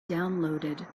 downloaded